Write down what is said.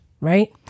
right